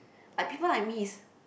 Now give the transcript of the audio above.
I people like me is